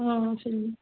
ம் சொல்லுங்கள்